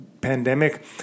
pandemic